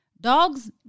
Dogs